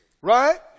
right